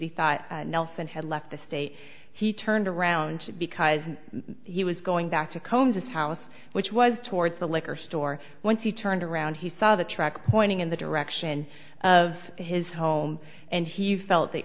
he thought nelson had left the state he turned around because he was going back to comb his house which was towards the liquor store when he turned around he saw the track pointing in the direction of his home and he felt the